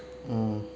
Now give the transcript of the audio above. mm